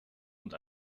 und